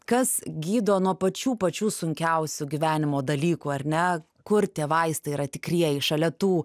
kas gydo nuo pačių pačių sunkiausių gyvenimo dalykų ar ne kur tie vaistai yra tikrieji šalia tų